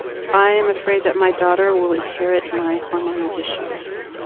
i'm afraid that my daughter will inherit my hormonal issues.